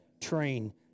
train